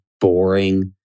boring